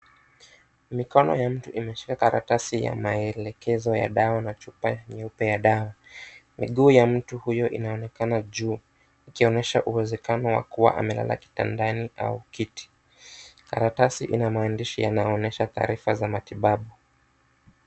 Mikono ya mtu imeshika karatasi ya maelekezo ya dawa na chupa nyeupe ya dawa. Miguu ya mtu huyo inaonekana juu ikionyesha uwezekano wa kuwa amelala kitandani au kiti. Karatasi ina maandishi yanayoonesha taarifa za matibabu.